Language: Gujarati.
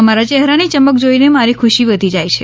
તમારા ચહેરાની ચમક જોઈને મારી ખુશી વધી જાય છે